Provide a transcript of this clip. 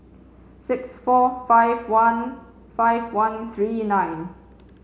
six four five one five one three nine